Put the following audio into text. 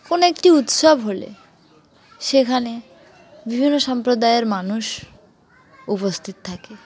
কোনো একটি উৎসব হলে সেখানে বিভিন্ন সম্প্রদায়ের মানুষ উপস্থিত থাকে